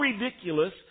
ridiculous